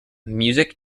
music